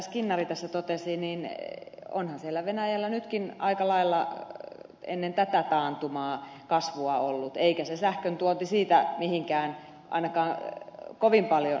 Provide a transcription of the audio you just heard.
skinnari tässä totesi niin onhan siellä venäjällä nytkin aika lailla ennen tätä taantumaa kasvua ollut eikä se sähköntuonti siitä mihinkään ainakaan kovin paljon notkahtanut